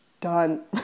done